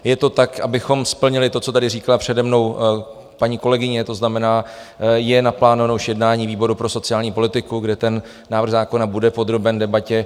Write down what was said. Je to tak, abychom splnili to, co tady říkala přede mnou paní kolegyně, to znamená, je už naplánováno jednání výboru pro sociální politiku, kde ten návrh zákona bude podroben debatě.